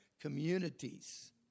communities